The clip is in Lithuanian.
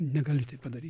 negaliu tap padaryt